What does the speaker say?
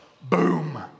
Boom